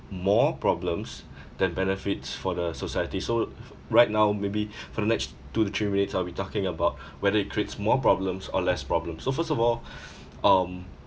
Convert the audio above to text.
more problems than benefits for the society so right now maybe for the next two to three minutes I'll be talking about whether it creates more problems or less problems so first of all um